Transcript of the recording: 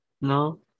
no